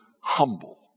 humble